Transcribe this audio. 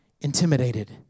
intimidated